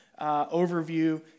overview